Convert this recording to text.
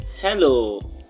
Hello